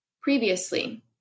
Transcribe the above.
previously